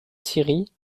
syrie